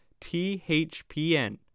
THPN